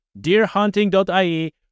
deerhunting.ie